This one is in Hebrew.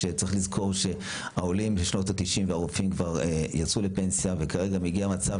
צריך לזכור שהעולים משנות ה-90 והרופאים יצאו לפנסיה וכרגע מגיע מצב